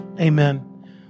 Amen